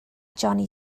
johnny